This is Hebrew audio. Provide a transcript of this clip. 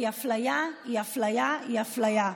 כי אפליה היא אפליה היא אפליה,